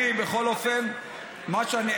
בכל אופן,